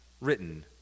written